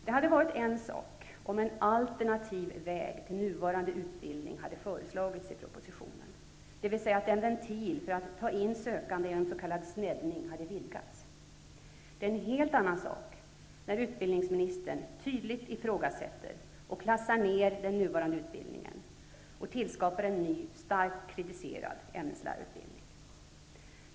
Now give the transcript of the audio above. Det hade varit en sak om en alternativ väg till nuvarande utbildning hade föreslagits i propositionen, dvs. att ventilen för att ta in sökande genom s.k. sneddning hade vidgats. Det är en helt annan sak när utbildningsministern tydligt ifrågasätter och klassar ner den nuvarande utbildningen samt tillskapar en ny starkt kritiserad ämneslärarutbildning.